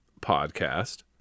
podcast